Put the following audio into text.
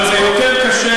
אבל יותר קשה,